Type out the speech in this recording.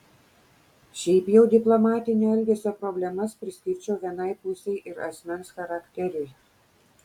šiaip jau diplomatinio elgesio problemas priskirčiau vienai pusei ir asmens charakteriui